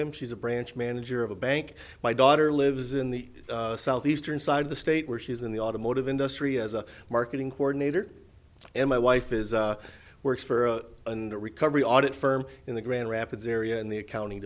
him she's a branch manager of a bank my daughter lives in the southeastern side of the state where she is in the automotive industry as a marketing coordinator and my wife is works for and recovery audit firm in the grand rapids area in the accounting